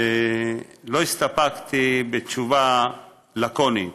לא הסתפקתי בתשובה לקונית,